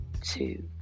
two